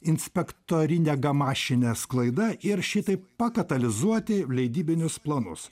inspektorine gamašine sklaida ir šitaip pakatalizuoti leidybinius planus